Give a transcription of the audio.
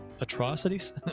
atrocities